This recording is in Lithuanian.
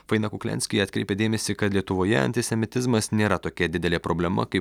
faina kukliansky atkreipė dėmesį kad lietuvoje antisemitizmas nėra tokia didelė problema kaip